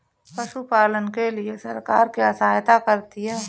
पशु पालन के लिए सरकार क्या सहायता करती है?